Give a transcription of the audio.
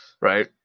right